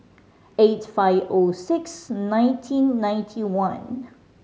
eight five O six nineteen ninety one